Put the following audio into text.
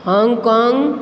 Hong Kong